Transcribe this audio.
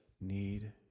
need